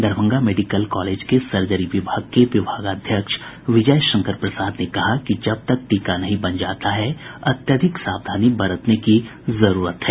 Darbhanga medical college के surgery विभाग के विभागाध्यक्ष विजय शंकर प्रसाद ने कहा कि जब तक टीका नहीं बन जाता अत्यधिक सावधानी बरतने की जरूरत है